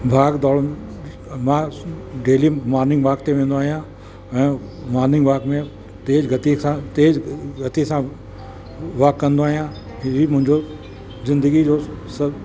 भाग दौड़ मां डेली मॉर्निंग वॉक ते वेंदो आहियां ऐं मॉर्निंग वॉक में तेज़ गति सां तेज़ गति सां वॉक कंदो आहियां हीउ मुंहिंजो ज़िन्दगी जो सभु